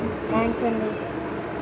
thanks అండి